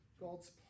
god's